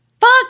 Fuck